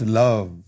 love